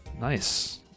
Nice